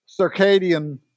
circadian